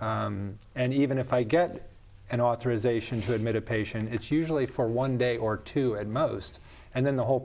and even if i get an authorization to admit a patient it's usually for one day or two at most and then the whole